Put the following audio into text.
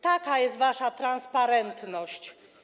Taka jest wasza transparentność.